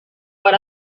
per